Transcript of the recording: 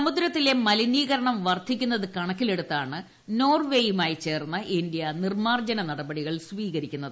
സമുദ്രത്തിലെ മലിനീകരണം വർദ്ധിക്കുന്നത് കണക്കിലെടുത്താണ് നോർവേയുമായി ചേർന്ന് ഇന്ത്യ നിർമ്മാർജ്ജന നടപടികൾ സ്വീകരിക്കുന്നത്